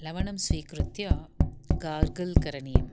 लवणं स्वीकृत्य गार्गल् करणीयम्